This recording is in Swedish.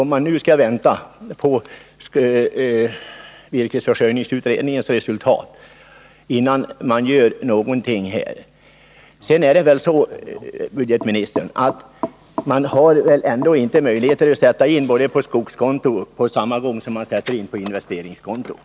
om man skulle behöva vänta på virkesförsörjningsutredningens resultat, innan man gör någonting. Det är samtidigt sätta in pengar både på skogskonto och på investeringskonto. äl ändå så, herr budgetminister. att man inte har möjlighet att